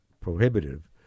prohibitive